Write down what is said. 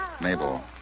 Mabel